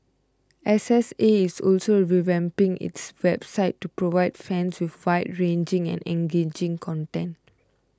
S S A is also revamping its website to provide fans with wide ranging and engaging content